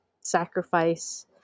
sacrifice